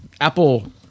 Apple